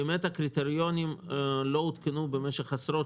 באמת הקריטריונים במשרד השיכון לא עודכנו במשך עשרות